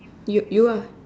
you you ah